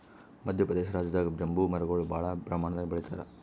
ಮದ್ಯ ಪ್ರದೇಶ್ ರಾಜ್ಯದಾಗ್ ಬಂಬೂ ಮರಗೊಳ್ ಭಾಳ್ ಪ್ರಮಾಣದಾಗ್ ಬೆಳಿತಾರ್